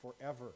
forever